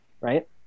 right